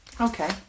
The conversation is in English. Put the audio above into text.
okay